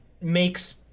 makes